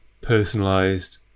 personalized